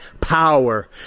power